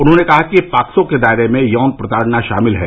उन्होंने कहा कि पॉक्सो के दायरे में यौन प्रताड़ना शामिल है